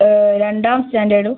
രണ്ടാം സ്റ്റാൻ്റേർഡ്